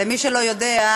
למי שלא יודע,